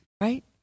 right